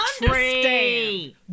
understand